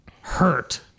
hurt